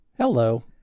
Hello